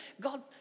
God